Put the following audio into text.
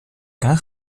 καν